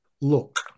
look